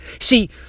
see